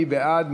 מי בעד?